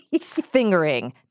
fingering